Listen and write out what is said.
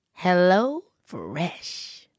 HelloFresh